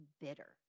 bitter